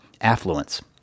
affluence